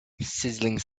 sizzling